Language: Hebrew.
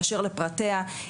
באשר לפרטיה,